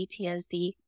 PTSD